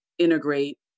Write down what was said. Integrate